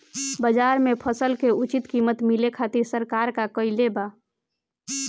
बाजार में फसल के उचित कीमत मिले खातिर सरकार का कईले बाऽ?